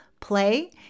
Play